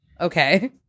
Okay